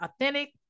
authentic